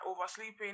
oversleeping